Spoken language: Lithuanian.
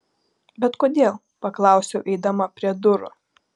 bet kodėl paklausiau eidama prie durų